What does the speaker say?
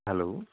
hello